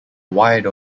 wide